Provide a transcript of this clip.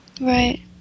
Right